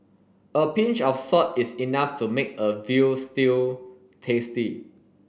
a pinch of salt is enough to make a veal stew tasty